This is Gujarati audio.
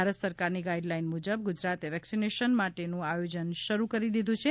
ભારત સરકારની ગાઇડલાઇન મુજબ ગુજરાતે વેક્સિનેશન માટેનું આયોજન શરૂ કરી દીધુ છે